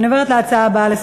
אני עוברת לנושא הבא: